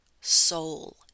soul